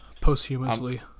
posthumously